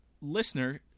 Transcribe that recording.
listener